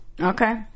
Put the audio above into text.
okay